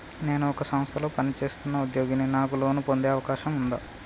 నేను ఒక సంస్థలో పనిచేస్తున్న ఉద్యోగిని నాకు లోను పొందే అవకాశం ఉందా?